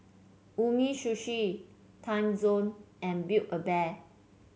Umisushi Timezone and Build A Bear